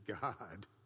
God